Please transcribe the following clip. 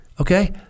Okay